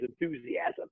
enthusiasm